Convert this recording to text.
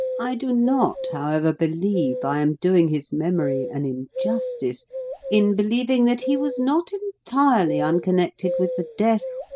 i do not, however, believe i am doing his memory an injustice in believing that he was not entirely unconnected with the death,